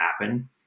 happen